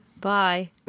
Bye